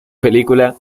película